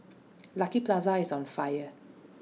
Lucky Plaza is on fire